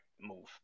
move